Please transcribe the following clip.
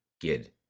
GID